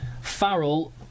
Farrell